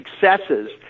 successes